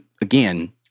again